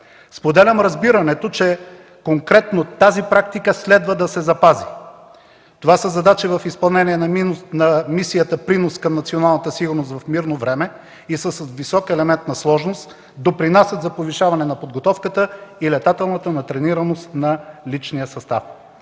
Споделям разбирането, че конкретно тази практика следва да се запази. Това са задачи в изпълнение на мисията „Принос към националната сигурност в мирно време” и са с висок елемент на сложност, допринасят за повишаване на подготовката и летателната натренираност на личния състав.